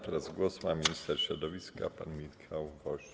Teraz głos ma minister środowiska pan Michał Woś.